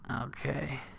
Okay